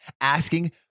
asking